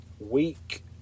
week